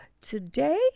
Today